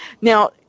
Now